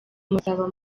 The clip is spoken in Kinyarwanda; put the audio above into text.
muzaba